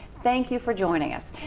thank you for joining us.